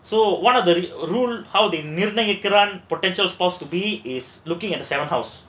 so one of the rule how they நிர்ணயிக்கிறாங்க:nirnaikiraanga potential is looking at the seventh house